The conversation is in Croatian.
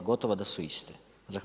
Gotovo da su iste.